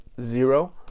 zero